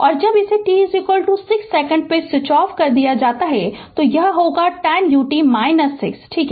और जब इसे t 6 सेकंड पर स्विच ऑफ किया जाता है तो यह होगा 10 ut 6 ठीक